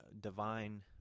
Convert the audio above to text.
divine